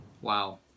Wow